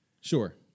Sure